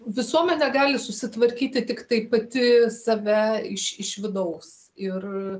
visuomenė gali susitvarkyti tiktai pati save iš iš vidaus ir